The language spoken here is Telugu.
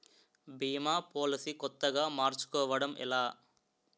భీమా పోలసీ కొత్తగా మార్చుకోవడం ఎలా?